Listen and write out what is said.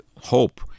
hope